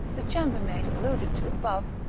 the chambermaid alluded to above,